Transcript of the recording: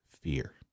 fear